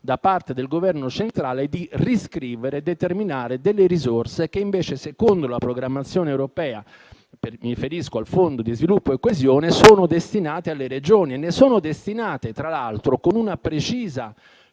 da parte del Governo centrale, di riscrivere e determinare delle risorse che, invece, secondo la programmazione europea (mi riferisco al Fondo per lo sviluppo e la coesione) sono destinate alle Regioni e lo sono, tra l'altro, con una precisa